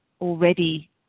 already